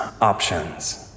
options